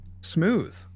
smooth